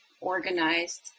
organized